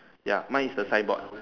ya mine is the signboard